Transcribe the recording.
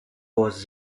was